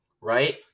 right